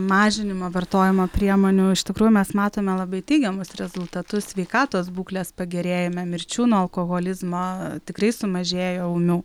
mažinimo vartojimo priemonių iš tikrųjų mes matome labai teigiamus rezultatus sveikatos būklės pagerėjimą mirčių nuo alkoholizmo tikrai sumažėjo ūmių